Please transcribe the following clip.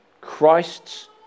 Christ's